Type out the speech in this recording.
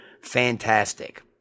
fantastic